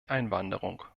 einwanderung